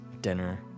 dinner